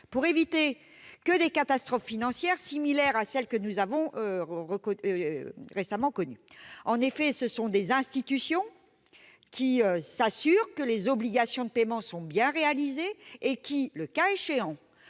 pour éviter des catastrophes financières similaires à celles que nous avons récemment connues. En effet, ce sont des institutions qui s'assurent que les obligations de paiement sont bien réalisées et qui, le cas échéant,